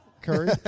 Curry